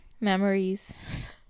memories